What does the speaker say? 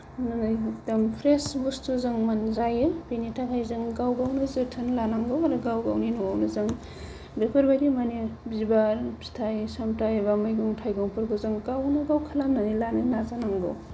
माने एखदम फ्रेस बुस्थु जों मोनजायो बेनिथाखाय जों गाव गावनो जोथोन लानांगौ आरो गाव गावनि न'आवनो जों बेफोरबायदि माने बिबार फिथाय सामथाय एबा मैगं थाइगंफोरखौ जों गावनो गाव खालामनानै लानो नाजानांगौ